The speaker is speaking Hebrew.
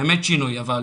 באמת שינוי אבל,